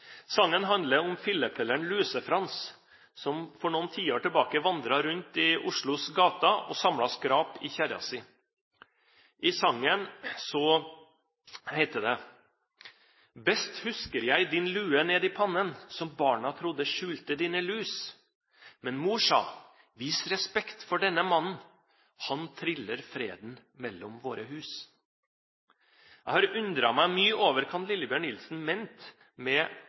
Sangen handler om fillepelleren Luse-Frans, som for noen tiår tilbake vandret rundt i Oslos gater og samlet skrap i kjerra si. I sangen heter det: «Best husker jeg din lue ned i pannen, som barna trodde skjulte dine lus. Men mor sa: «Vis respekt for denne mannen! Han triller freden mellom våre hus.»» Jeg har undret meg mye over hva Lillebjørn Nilsen kan ha ment med